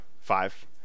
five